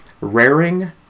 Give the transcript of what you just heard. Raring